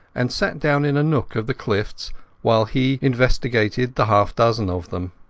and sat down in a nook of the cliffs while he investigated the half-dozen of them.